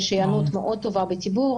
יש היענות מאוד טובה בציבור,